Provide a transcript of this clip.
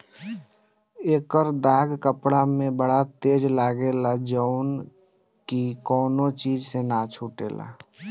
एकर दाग कपड़ा में बड़ा तेज लागेला जउन की कवनो चीज से ना छुटेला